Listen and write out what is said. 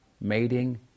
mating